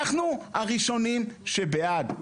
אנחנו הראשונים שבעד,